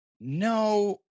No